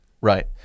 Right